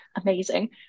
Amazing